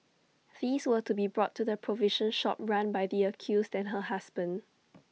these were to be brought to the provision shop run by the accused and her husband